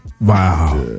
Wow